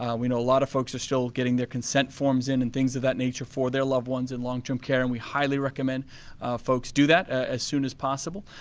um we know a lot of folks are still getting their consent forms in and things of that nature for their loved ones in long term care and we highly recommend folks do that ah as soon as possible.